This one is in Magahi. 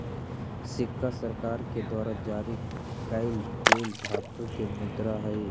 सिक्का सरकार के द्वारा जारी कैल गेल धातु के मुद्रा हई